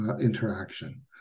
interaction